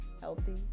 healthy